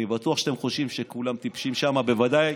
אני בטוח שאתם חושבים שכולם טיפשים שם, בוודאי